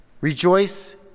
Rejoice